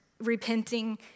repenting